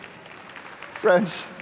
Friends